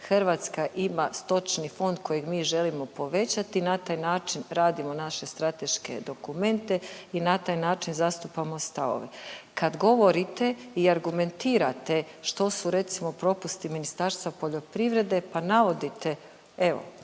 Hrvatska ima stočni fond koji mi želimo povećati i na taj način radimo naše strateške dokumente i na taj način zastupamo stavove. Kad govorite i argumentirate što su recimo popusti Ministarstva poljoprivrede pa navodite evo